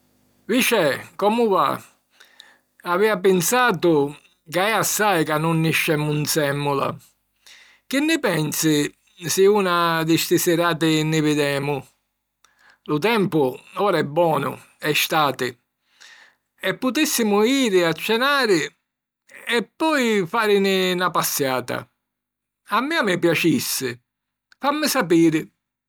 Vice', comu va? Avìa pinsatu ca è assai ca nun niscemu nsèmmula. Chi nni pensi si una di sti sirati ni videmu? Lu tempu ora è bonu, è stati, e putìssimu jiri a cenari e poi fàrini na passiata. A mia mi piacissi. Fammi sapiri...